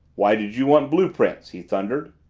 why did you want blue-prints? he thundered.